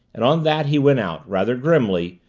and on that he went out, rather grimly,